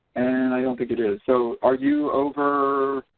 and, i don't think it is. so are you over